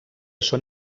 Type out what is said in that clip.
són